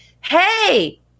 Hey